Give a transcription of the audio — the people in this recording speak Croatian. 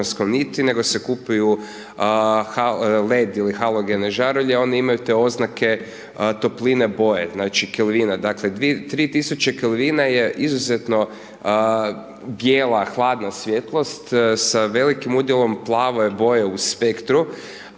nego se kupuju LED ili halogene žarulje. Oni imaju te oznake topline boje, znači Kelvina, znači 3000 K je izuzetna bijela, hladna svjetlost sa velikim udjelom plave boje u spektru,